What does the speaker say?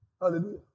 Hallelujah